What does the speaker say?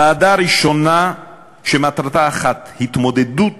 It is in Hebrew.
ועדה ראשונה שמטרתה אחת: התמודדות